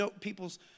people's